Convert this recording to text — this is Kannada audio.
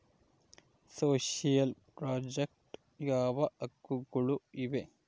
ಸೋಶಿಯಲ್ ಪ್ರಾಜೆಕ್ಟ್ ಯಾವ ಯಾವ ಹಕ್ಕುಗಳು ಇವೆ?